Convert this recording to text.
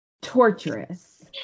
torturous